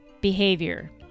behavior